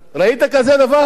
ראית כזה דבר,